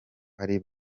ari